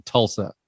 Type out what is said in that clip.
Tulsa